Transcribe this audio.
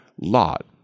Lot